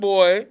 Boy